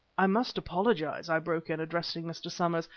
i must apologize, i broke in, addressing mr. somers.